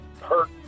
hurt